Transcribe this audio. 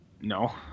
No